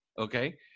Okay